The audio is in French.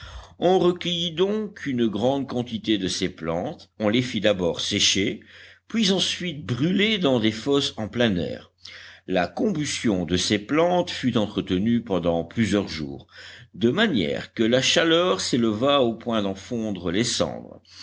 on recueillit donc une grande quantité de ces plantes on les fit d'abord sécher puis ensuite brûler dans des fosses en plein air la combustion de ces plantes fut entretenue pendant plusieurs jours de manière que la chaleur s'élevât au point d'en fondre les cendres